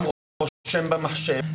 גם רושם במחשב.